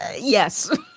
yes